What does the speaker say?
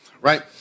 right